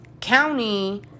county